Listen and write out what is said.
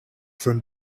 from